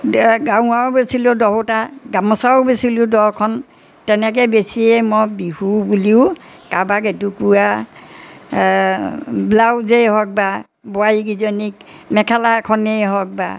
গাৰোৱাৰো বেছিলোঁ দহোটা গামোচাও বেচিলোঁ দহখন তেনেকৈ বেছিয়ে মই বিহু বুলিও কাৰোবাক এটুকুৰা ব্লাউজেই হওক বা বোৱাৰীকেইজনীক মেখেলা এখনেই হওক বা